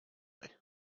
guy